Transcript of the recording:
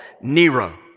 Nero